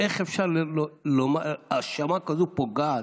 איך אפשר לומר האשמה כזאת פוגעת?